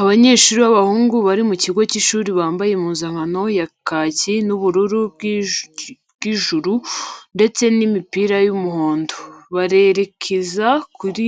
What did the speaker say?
Abanyeshuri b'abahungu bari mu kigo cy'ishuri bambaye impuzankano ya kaki n'ubururu bw'ijuru ndetse n'imipira y'umuhondo, barerekeza kuri